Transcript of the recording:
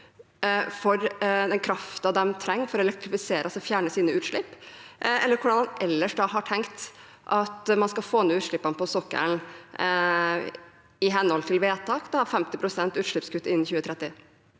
for den kraften de trenger for å elektrifisere, altså fjerne sine utslipp. Hvordan har han ellers tenkt at man skal få ned utslippene på sokkelen i henhold til vedtaket om 50 pst. utslippskutt innen 2030?